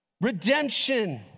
Redemption